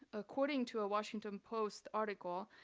according to a washington post article,